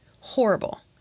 horrible